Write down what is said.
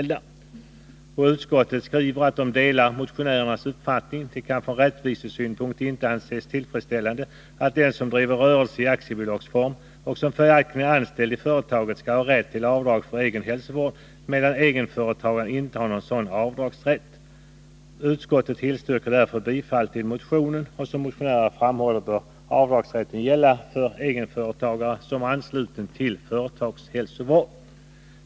Det kan från rättvisesynpunkt inte anses tillfredsställande att den som driver rörelse i aktiebolagsform och som följaktligen är anställd i företaget skall ha rätt till avdrag för egen hälsovård, medan egenföretagaren inte har någon sådan avdragsrätt. Utskottet tillstyrker därför bifall till motionen. Som motionärerna framhåller bör avdragsrätten gälla för egenföretagare som är ansluten till företagshälsovård.